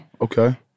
Okay